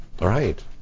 Right